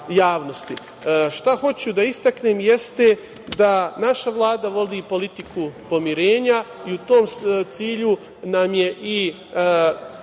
što hoću da istaknem jeste da naša Vlada vodi politiku pomirenja i u tom cilju nam je i